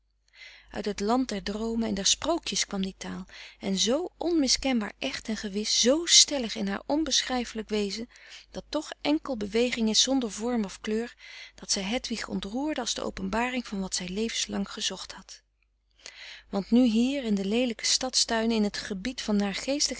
uit het land der droomen en der sprookjes kwam die taal en zoo onmiskenbaar echt en gewis zoo stellig in haar onbeschrijfelijk wezen dat toch enkel beweging is zonder vorm of kleur dat zij hedwig ontroerde als de openbaring van wat zij levenslang gezocht had want nu hier in den leelijken stadstuin in het gebied van